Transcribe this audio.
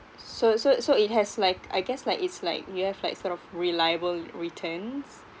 so so so it has like I guess like it's like you have like sort of reliable returns